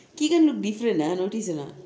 keegan look different ah notice or not